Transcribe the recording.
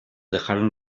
dejaron